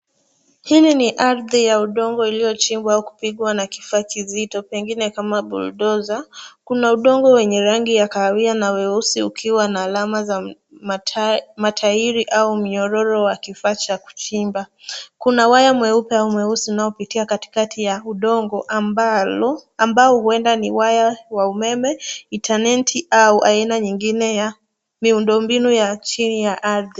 Hili ni ardhi ya udongo iliyochimbwa au kupigwa na kifaa kizito pengine kama buldoza. Kuna udongo wenye rangi ya kahawia na weusi ukiwa na alama za matairi au minyororo wa kifaa cha kuchimba. Kuna waya mweupe au mweusi unaopitia katikati ya udongo ambao huenda ni waya wa umeme, intaneti au aina nyingine ya miundo mbinu ya chini ya ardhi.